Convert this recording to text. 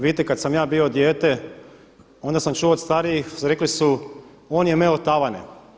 Vidite, kad sam ja bio dijete onda sam čuo od starijih rekli su – on je meo tavane.